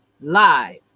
live